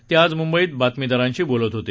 ते आज मृंबईत बातमीदारांशी बोलत होते